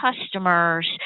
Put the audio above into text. customers